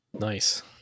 Nice